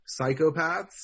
psychopaths